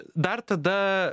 dar tada